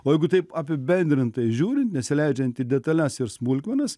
o jeigu taip apibendrintai žiūrint nesileidžiant į detales ir smulkmenas